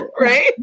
Right